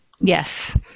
yes